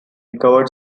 recorded